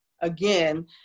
again